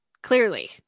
Clearly